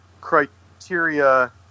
criteria